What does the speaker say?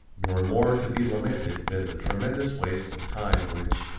nor more to be lamented than the tremendous waste of time which,